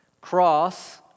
Cross